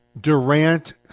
Durant